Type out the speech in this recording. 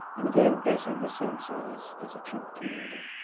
and again, basically the same size as a chimp community.